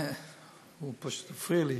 הוא פשוט הפריע לי.